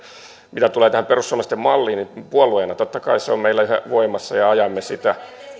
mitä tulee tähän perussuomalaisten malliin niin puolueena totta kai se on meillä yhä voimassa ja ajamme sitä